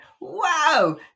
Wow